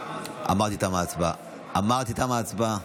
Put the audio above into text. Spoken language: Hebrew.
אמרת, אמרתי: תמה ההצבעה.